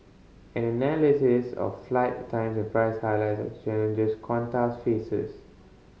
an analysis of flight times and prices highlights the challenges Qantas faces